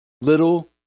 little